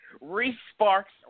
re-sparks